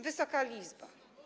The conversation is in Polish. Wysoka Izbo!